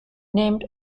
named